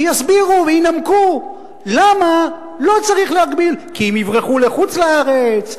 שיסבירו וינמקו למה לא צריך להגביל: כי הם יברחו לחוץ-לארץ,